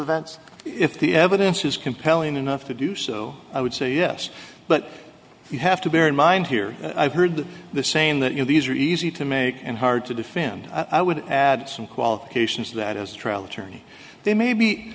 events if the evidence is compelling enough to do so i would say yes but you have to bear in mind here i've heard the same that you know these are easy to make and hard to defend i would add some qualifications that as trial attorney they may be